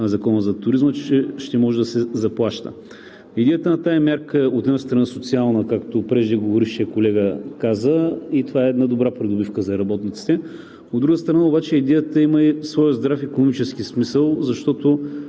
по Закона за туризма, ще може да се заплаща. Идеята на тази мярка е, от една страна, социална, както преждеговорившият колега каза и това е една добра придобивка за работниците. От друга страна обаче, идеята има и своя здрав икономически смисъл, защото